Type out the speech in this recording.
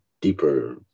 deeper